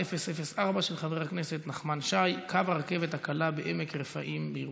של חבר הכנסת נחמן שי: קו הרכבת הקלה בעמק רפאים בירושלים.